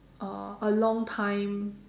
uh a long time